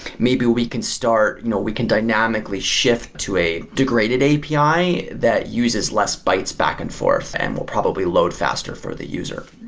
maybe we can start you know we can dynamically shift to a degraded api that uses less bites back and forth and will probably load faster for the user.